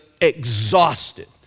exhausted